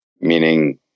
meaning